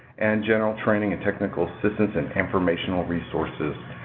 and general training and technical assistance and informational resources.